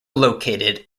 located